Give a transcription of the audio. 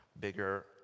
bigger